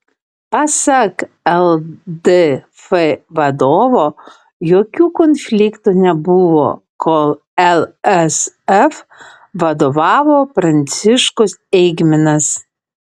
pasak ldf vadovo jokių konfliktų nebuvo kol lsf vadovavo pranciškus eigminas